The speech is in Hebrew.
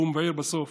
והוא מבאר בסוף,